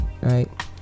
right